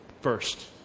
first